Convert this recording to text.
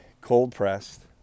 cold-pressed